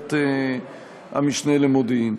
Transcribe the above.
בוועדת המשנה למודיעין.